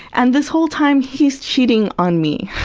and this whole time, he's cheating on me.